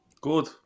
Good